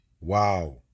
wow